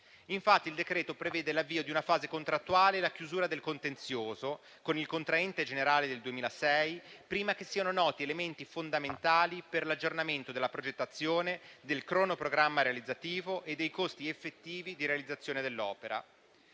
Il decreto prevede infatti l'avvio di una fase contrattuale e la chiusura del contenzioso con il contraente generale del 2006 prima che siano noti elementi fondamentali per l'aggiornamento della progettazione, del cronoprogramma realizzativo e dei costi effettivi di realizzazione dell'opera.